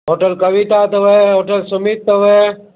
hotel Kavita अथव hotel Sumit अथव